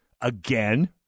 again